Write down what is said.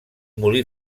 molí